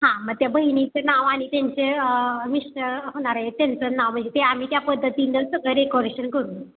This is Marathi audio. हां मग त्या बहिणीचं नाव आणि त्यांचे मिश्टर होणारे त्यांचं नावही ते आम्ही त्या पद्धतीनं सगळं डेकोरेशन करू